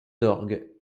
d’orgue